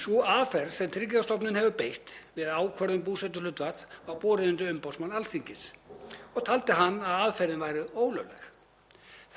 Sú aðferð sem Tryggingastofnun hefur beitt við ákvörðun búsetuhlutfalls var borin undir umboðsmann Alþingis og taldi hann að aðferðin væri ólögleg.